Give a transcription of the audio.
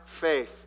faith